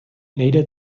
nejde